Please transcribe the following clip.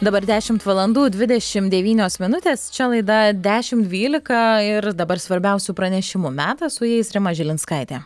dabar dešimt valandų dvidešim devynios minutės čia laida dešimt dvylika ir dabar svarbiausių pranešimų metas su jais rima žilinskaitė